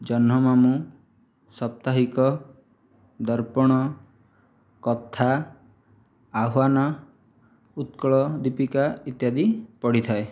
ଜହ୍ନମାମୁଁ ସାପ୍ତାହିକ ଦର୍ପଣ କଥା ଆହ୍ଵାନ ଉତ୍କଳ ଦୀପିକା ଇତ୍ୟାଦି ପଢ଼ିଥାଏ